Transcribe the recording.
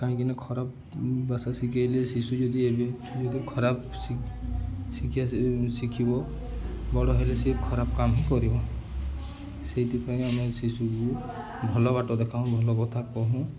କାହିଁକିନା ଖରାପ ବାସା ଶିଖାଇଲେ ଶିଶୁ ଯଦି ଏବେ ଯଦି ଖରାପ ଶିକ୍ଷା ଶିଖିବ ବଡ଼ ହେଲେ ସିଏ ଖରାପ କାମ କରିବ ସେଇଥିପାଇଁ ଆମେ ଶିଶୁକୁ ଭଲ ବାଟ ଦେଖାଁ ଭଲ କଥା କହୁଁ